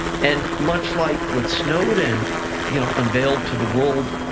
and much like what snowden you know unveiled to the world,